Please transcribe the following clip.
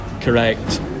correct